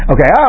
Okay